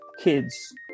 kids